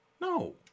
No